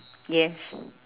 yes